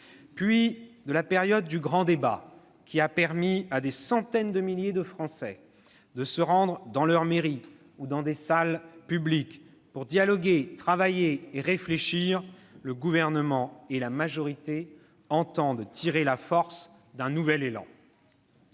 vous -, puis du grand débat, qui a permis à des centaines de milliers de Français de se rendre dans leur mairie ou dans des salles publiques pour dialoguer, travailler et réfléchir, le Gouvernement et la majorité entendent tirer la force d'un nouvel élan.